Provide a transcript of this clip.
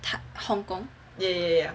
ta~ Hong Hong